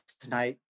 tonight